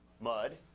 mud